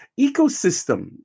ecosystem